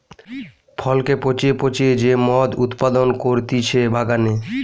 ফলকে পচিয়ে পচিয়ে যে মদ উৎপাদন করতিছে বাগানে